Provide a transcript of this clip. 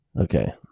Okay